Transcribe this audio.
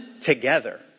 Together